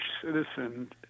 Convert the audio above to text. citizen